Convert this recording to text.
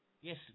Yes